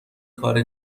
کار